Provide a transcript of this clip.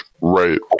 Right